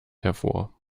hervor